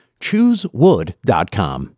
ChooseWood.com